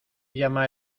llama